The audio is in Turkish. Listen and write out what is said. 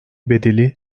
bedeli